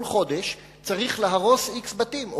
כל חודש צריך להרוס x בתים,